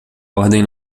ordem